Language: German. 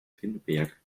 pinneberg